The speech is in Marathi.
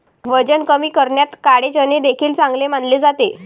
वजन कमी करण्यात काळे चणे देखील चांगले मानले जाते